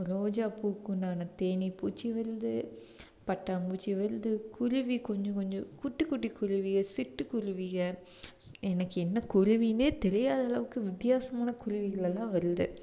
ரோஜா பூக்குண்டான தேனி பூச்சி வருது பட்டாம்பூச்சி வருது குருவி கொஞ்சம் கொஞ்சம் குட்டி குட்டி குருவிகள் சிட்டு குருவிகள் எனக்கு என்ன குருவினே தெரியாத அளவுக்கு வித்தியாசமான குருவிகளெல்லாம் வருது